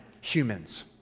humans